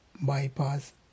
bypass